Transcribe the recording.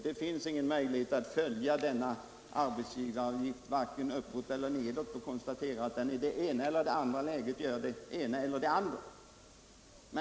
Det finns ingen möjlighet att följa hur ändringar av arbetsgivaravgiften — det må vara uppåt eller nedåt — i det ena eller andra läget leder till det ena eller det andra resultatet.